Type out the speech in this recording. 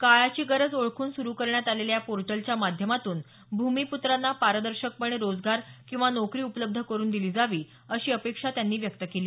काळाची गरज ओळखून सुरु करण्यात आलेल्या या पोर्टलच्या माध्यमातून भूमिप्त्रांना पारदर्शकपणे रोजगार किंवा नोकरी उपलब्ध करून दिली जावी अशी अपेक्षा त्यांनी व्यक्त केली